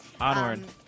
Onward